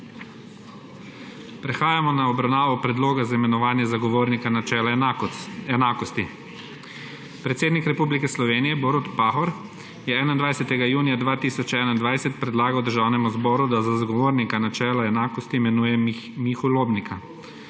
Prehajamo na obravnavo Predloga za imenovanje zagovornika načela enakosti. Predsednik Republike Slovenije Borut Pahor je 21. junija 2021 predlagal Državnemu zbora, da za zagovornika načela enakosti imenuje Miho Lobnika.